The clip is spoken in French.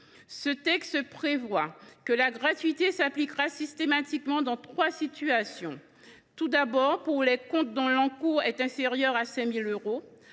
Ce texte prévoit que la gratuité s’appliquera dans trois situations : tout d’abord, pour les comptes dont l’encours est inférieur à 5 000 euros